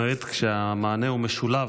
למעט כשהמענה הוא משולב,